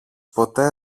ποτέ